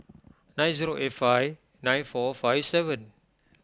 nine zero eight five nine four five seven